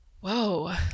Whoa